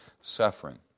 suffering